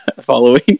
following